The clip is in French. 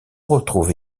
retrouve